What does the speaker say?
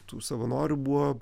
tų savanorių buvo